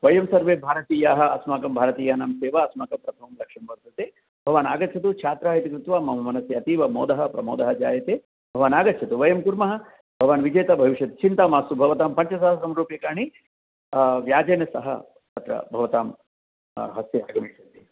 वयं सर्वे भारतीयाः अस्माकं भारतीयानां सेवा अस्माकं प्रथमं लक्ष्यं वर्तते भवान् आगच्छतु छात्रा इति कृत्वा मम मनसि अतीवमोदः प्रमोदः जायते भवान् आगच्छतु वयं कुर्मः भवान् विजेता भविष्यति चिन्ता मास्तु भवतां पञ्चसहस्त्रं रूप्यकाणि व्याजेन सह अत्र भवतां हस्ते आगमिष्यति